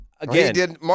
again